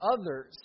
Others